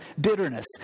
bitterness